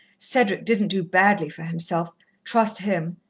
cedric didn't do badly for himself trust him.